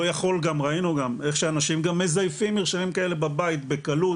לא יכול גם ראינו גם איך שאנשים מזייפים מרשמים כאלה בבית בקלות,